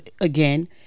again